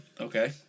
Okay